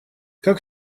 как